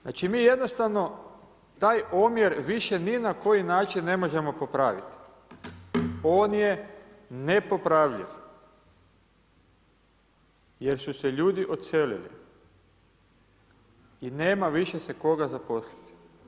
Znači, mi jednostavno taj omjer više ni na koji način ne možemo popraviti, on je nepopravljiv jer su se ljudi odselili i nema se više koga zaposliti.